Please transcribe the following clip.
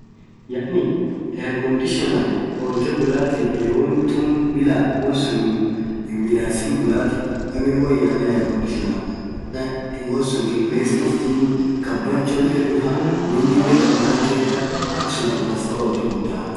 yaani air conditioner olthee bulathi iyyo won thuun Bila wonsun hinmidhasi bulathi kaamm irri woyaa enan air conditioner maaana won sun qiles dhuftin qhaban choleet dhufaa minen khaaaabaanen thetha akhasun akha dhansaa oltee bulathaa